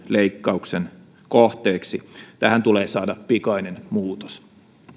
leikkauksen kohteeksi tähän tulee saada pikainen muutos